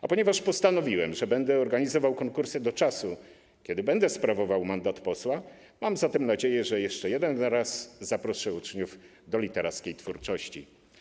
A ponieważ postanowiłem, że będę organizował konkursy do czasu, kiedy będę sprawował mandat posła, mam nadzieję, że jeszcze jeden raz zaproszę uczniów do literackiej twórczości.